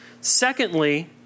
Secondly